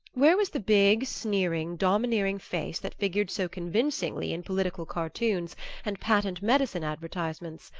where was the big sneering domineering face that figured so convincingly in political cartoons and patent-medicine advertisements,